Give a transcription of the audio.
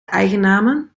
eigennamen